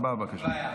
הצבעה, בבקשה.